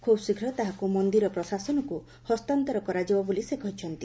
ଖୁବ୍ଶୀଘ୍ର ତାହାକୁ ମନ୍ଦିର ପ୍ରଶାସନକୁ ହସ୍ତାନ୍ତର କରାଯିବ ବୋଲି ସେ କହିଛନ୍ତି